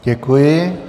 Děkuji.